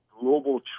global